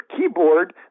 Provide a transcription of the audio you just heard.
keyboard